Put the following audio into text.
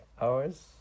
hours